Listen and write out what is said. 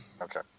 Okay